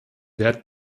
wert